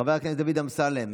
חבר הכנסת דוד אמסלם,